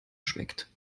schmeckt